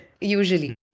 usually